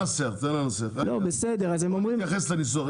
תן לה לנסח, נתייחס לניסוח.